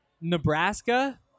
Nebraska